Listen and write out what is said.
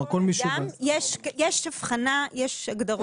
יש הבחנה ויש הגדרות.